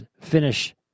finish